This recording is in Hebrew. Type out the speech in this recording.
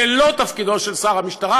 זה לא תפקידו של שר המשטרה,